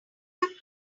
have